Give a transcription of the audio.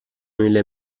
mille